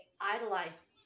idolized